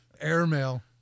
Airmail